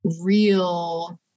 real